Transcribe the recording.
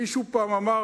מישהו פעם אמר,